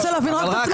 רוצה להבין רק את עצמך?